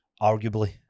arguably